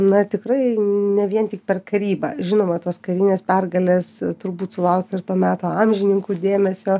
na tikrai ne vien tik per karybą žinoma tos karinės pergalės turbūt sulaukė ir to meto amžininkų dėmesio